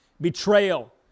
betrayal